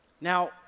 Now